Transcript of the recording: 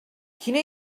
quina